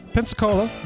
Pensacola